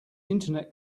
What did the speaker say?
internet